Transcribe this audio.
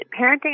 parenting